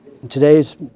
Today's